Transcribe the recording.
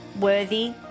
worthy